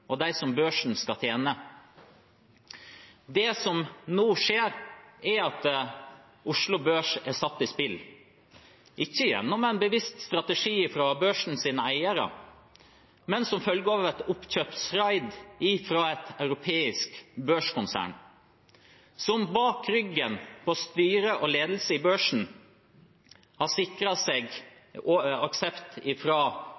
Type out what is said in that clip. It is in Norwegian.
og dem som børsen skal tjene. Det som nå skjer, er at Oslo Børs er satt i spill, ikke gjennom en bevisst strategi fra børsens eiere, men som følge av et oppkjøpsraid fra et europeisk børskonsern, som bak ryggen på styre og ledelse i børsen har sikret seg